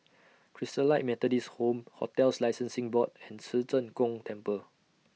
Christalite Methodist Home hotels Licensing Board and Ci Zheng Gong Temple